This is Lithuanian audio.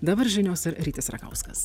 dabar žinios ir rytis rakauskas